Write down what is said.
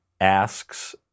asks